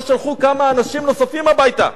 לא שלחו כמה אנשים נוספים הביתה,